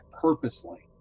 purposely